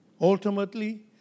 Ultimately